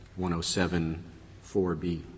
107.4b